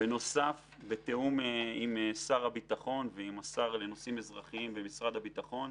בתיאום עם שר הביטחון ועם השר לנושאים אזרחיים במשרד הביטחון,